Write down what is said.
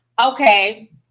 Okay